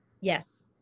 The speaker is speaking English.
Yes